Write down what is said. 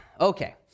Okay